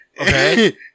Okay